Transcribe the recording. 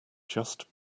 just